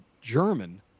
German